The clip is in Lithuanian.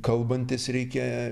kalbantis reikia